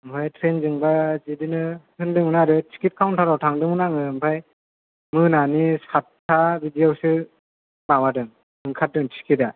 ओमफ्राय ट्रेनजोंबा बिदिनो होनदोंमोन आरो टिकिट काउनटाराव थांदोंमोन आङो ओमफ्राय मोनानि सातथा बिदियावसो माबादों ओंखारदों टिकिटा